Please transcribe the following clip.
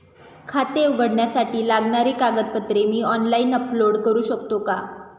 खाते उघडण्यासाठी लागणारी कागदपत्रे मी ऑनलाइन अपलोड करू शकतो का?